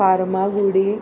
Farmagudi